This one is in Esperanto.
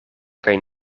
kaj